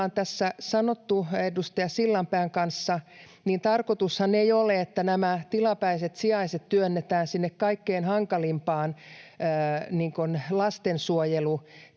me ollaan tässä sanottu edustaja Sillanpään kanssa, niin tarkoitushan ei ole, että nämä tilapäiset sijaiset työnnetään sinne kaikkein hankalimpiin lastensuojelutilanteisiin.